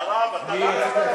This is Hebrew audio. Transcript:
מי?